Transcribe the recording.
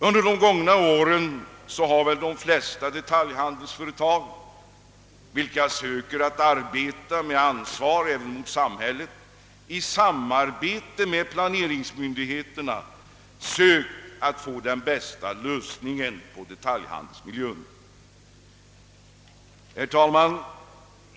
Under de gångna åren har de flesta detaljhandelsföretag, vilka söker att arbeta med ansvar även mot samhället, i samarbete med planeringsmyndigheterna sökt finna den bästa lösningen på detaljhandelsmiljön.